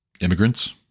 immigrants